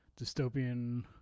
dystopian